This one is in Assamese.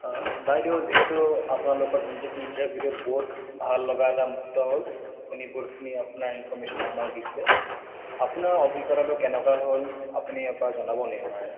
বাইদেউ যিহেতু আপোনালোকৰ টিমটো ইণ্টাৰভিউটোত বহুত ভাল লগা এটা মুহূৰ্ত হ'ল আপুনি বহুতখিনি আপোনাৰ ইনফৰমেশ্যন আমাক দিছিলে আপোনাৰ অভিজ্ঞতাটো কেনেকুৱা হ'ল আপুনি এবাৰ জনাব নি আমাৰ